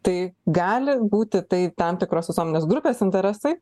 tai gali būti tai tam tikros visuomenės grupės interesai